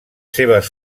seves